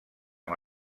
amb